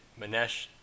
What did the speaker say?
Manesh